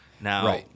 Now